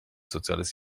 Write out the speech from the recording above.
soziales